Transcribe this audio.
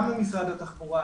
גם למשרד התחבורה,